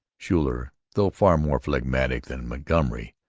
schuyler, though far more phlegmatic than montgomery,